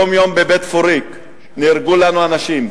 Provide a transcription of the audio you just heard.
יום-יום בבית-פוריק נהרגו לנו אנשים,